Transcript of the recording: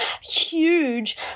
huge